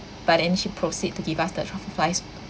but then she proceed to give us the truffle fries